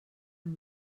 amb